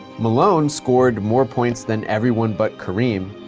malone scored more points than everyone but kareem,